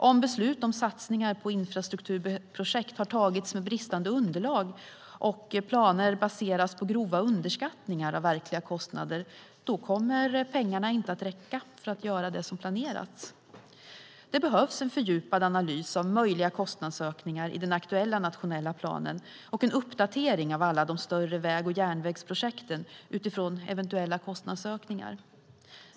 Om beslut om satsningar på infrastrukturprojekt har tagits med bristande underlag och planer baseras på grova underskattningar av verkliga kostnader kommer pengarna inte att räcka för att göra det som har planerats. Det behövs en fördjupad analys av möjliga kostnadsökningar i den aktuella nationella planen och en uppdatering av alla de större väg och järnvägsprojekten utifrån eventuella kostnadsökningar.